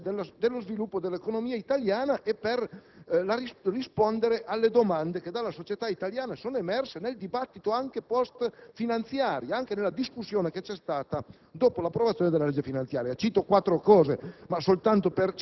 dire poco fa, ma importanti e strategiche per l'interesse e lo sviluppo dell'economia italiana e per rispondere alle domande che dalla società italiana sono emerse anche nel dibattito *post* finanziaria, cioè nella discussione che c'è stata